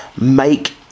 make